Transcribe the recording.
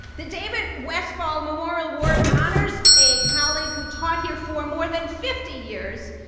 the david westfall memorial award honors a colleague who taught here for more than fifty years,